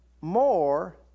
more